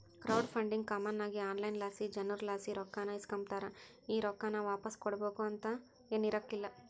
crowd funding common ಆಗಿ online ಲಾಸಿ ಜನುರ್ಲಾಸಿ ರೊಕ್ಕಾನ ಇಸ್ಕಂಬತಾರ, ಈ ರೊಕ್ಕಾನ ವಾಪಾಸ್ ಕೊಡ್ಬಕು ಅಂತೇನಿರಕ್ಲಲ್ಲ